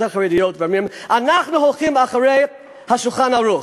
החרדיות ואומרים: אנחנו הולכים אחרי ה"שולחן ערוך".